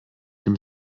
dem